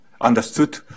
understood